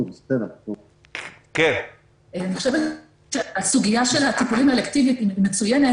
אני חושבת שהסוגיה של הטיפולים האלקטיבית היא מצוינת